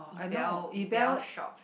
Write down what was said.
ebal ebal shops